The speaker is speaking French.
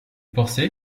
pensez